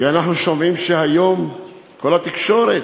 כי אנחנו שומעים שהיום כל התקשורת,